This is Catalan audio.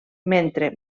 mentre